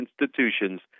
institutions